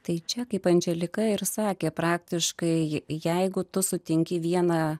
tai čia kaip andželika ir sakė praktiškai ji jeigu tu sutinki vieną